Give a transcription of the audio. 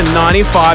95